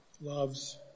loves